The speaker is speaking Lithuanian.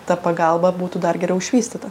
ta pagalba būtų dar geriau išvystyta